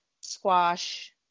squash